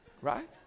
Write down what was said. Right